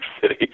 City